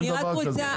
אין דבר כזה.